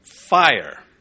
fire